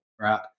right